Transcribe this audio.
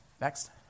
Next